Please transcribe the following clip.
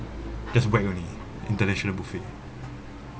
just wake only international buffet